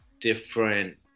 different